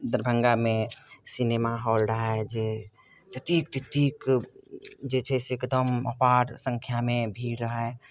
दरभंगामे cinema hall रहए जे ततेक ततेक जे छै से एकदम अपार संख्यामे भीड़ रहय